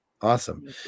awesome